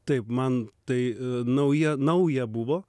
taip man tai nauja nauja buvo